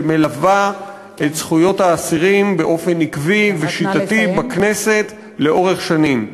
ומלווה את נושא זכויות האסירים באופן עקבי ושיטתי בכנסת לאורך שנים.